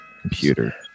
Computer